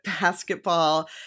basketball